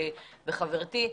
וחברתי,